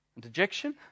dejection